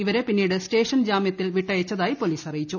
ഇവരെ പിന്നീട് സ്റ്റേഷൻ ജാമ്യത്തിൽ വിട്ടയച്ചതായി പോലീസ് അറിയിച്ചു